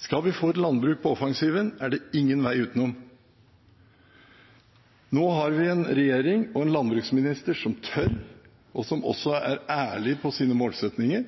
Skal vi få et landbruk på offensiven, er det ingen vei utenom. Nå har vi en regjering og en landbruksminister som tør, og som også er ærlig på sine målsettinger.